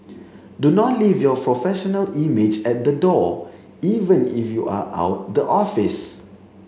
do not leave your professional image at the door even if you are out the office